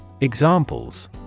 Examples